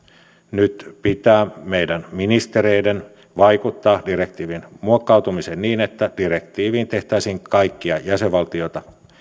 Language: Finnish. nyt pitää meidän ministereidemme vaikuttaa direktiivin muokkautumiseen niin että direktiiviin tehtäisiin kaikkia jäsenvaltioita